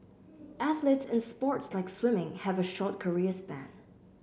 athletes in sports like swimming have a short career span